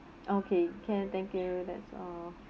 okay can thank you that's all